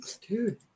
Dude